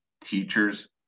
teachers